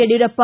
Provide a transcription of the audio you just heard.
Yediyurappa